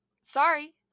Sorry